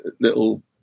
little